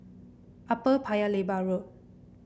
Upper Paya Lebar Road